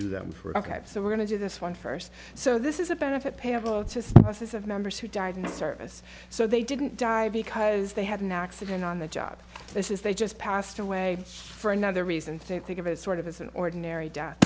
to them for ok so we're going to do this one first so this is a benefit payable just as of members who died in service so they didn't die because they had an accident on the job this is they just passed away for another reason think of it sort of as an ordinary d